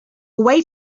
away